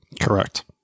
Correct